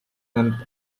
and